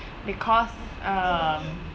because um